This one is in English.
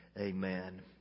Amen